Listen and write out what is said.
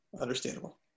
Understandable